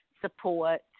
support